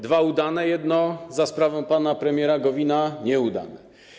Dwa udane, a jedno za sprawą pana premiera Gowina - nieudane.